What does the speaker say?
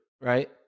right